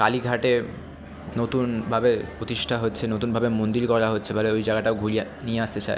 কালীঘাটে নতুনভাবে প্রতিষ্ঠা হচ্ছে নতুনভাবে মন্দির গড়া হচ্ছে এবারে ওই জায়গাটাও ঘুরিয়ে নিয়ে আসতে চায়